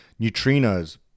neutrinos